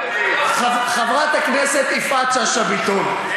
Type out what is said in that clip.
חברת הכנסת יפעת שאשא ביטון,